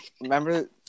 Remember